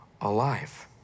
alive